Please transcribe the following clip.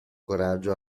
coraggio